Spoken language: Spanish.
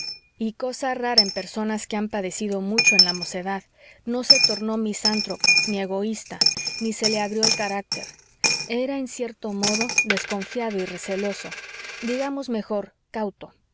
y cosa rara en personas que han padecido mucho en la mocedad no se tornó misántropo ni egoísta ni se le agrió el carácter era en cierto modo desconfiado y receloso digamos mejor cauto